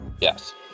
yes